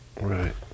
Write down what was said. Right